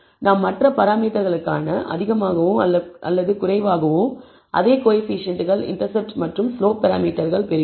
நாம் மற்ற பராமீட்டர்களுக்கான அதிகமாகவோ அல்லது குறைவாகவோ அதே கோஎஃபீஷியேன்ட்கள் இண்டெர்செப்ட் மற்றும் ஸ்லோப் பராமீட்டர்கள் பெறுகிறோம்